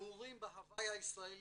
מעורים בהוואי הישראלי.